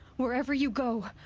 wherever you go.